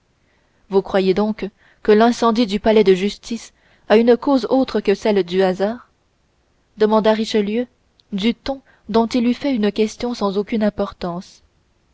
vous croyez donc que l'incendie du palais de justice a une cause autre que celle du hasard demanda richelieu du ton dont il eût fait une question sans aucune importance